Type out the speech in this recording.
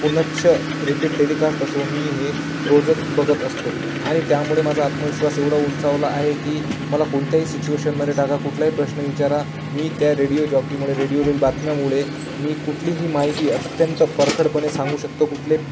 पुनश्च repeat telecast असो मी हे रोजच बघत असतो आ आणि त्यामुळे ना माझा आत्मविश्वास एवढा उंचावला आहे की मला कोणत्याही सिच्युएशनमध्ये टाका कुठलाही प्रश्न विचारा मी त्या रेडियओ जॉकीमुळे रेडिओ रील बातम्यामुळे मी कुठलीही माहिती अत्यंत परखडपणे सांगू शकतो कुठले